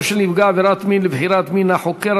של נפגע עבירת מין לבחירת מין החוקר),